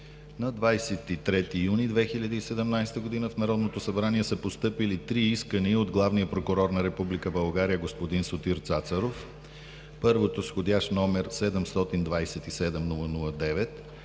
На 23 юни 2017 г. в Народното събрание са постъпили три искания от главния прокурор на Република България господин Сотир Цацаров. Първото е с входящ № 727-00-9